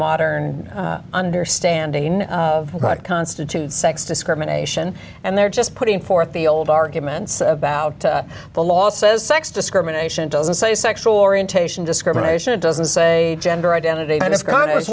modern understanding of what constitutes sex discrimination and they're just putting forth the old arguments about the law says sex discrimination doesn't say sexual orientation discrimination it doesn't say gender identity